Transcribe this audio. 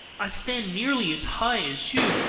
i stand nearly as high as you,